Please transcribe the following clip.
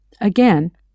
Again